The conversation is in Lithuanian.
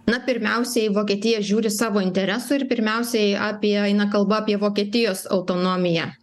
na pirmiausiai vokietija žiūri savo interesų ir pirmiausiai apie eina kalba apie vokietijos autonomiją